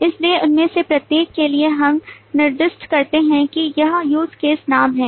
इसलिए उनमें से प्रत्येक के लिए हम निर्दिष्ट करते हैं कि यह use case नाम है